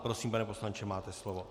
Prosím, pane poslanče, máte slovo.